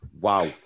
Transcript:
Wow